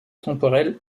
temporelle